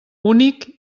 únic